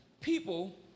people